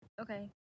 Okay